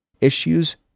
issues